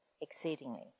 exceedingly